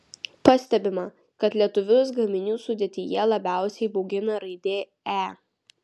pastebima kad lietuvius gaminių sudėtyje labiausiai baugina raidė e